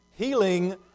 Healing